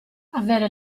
avere